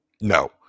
No